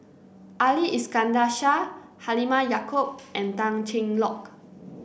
Ali Iskandar Shah Halimah Yacob and Tan Cheng Lock